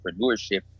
entrepreneurship